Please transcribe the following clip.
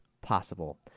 possible